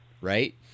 right